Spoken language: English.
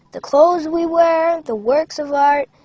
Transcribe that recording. the clothes we wear, the works of art,